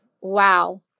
wow